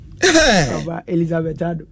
Hey